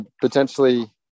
potentially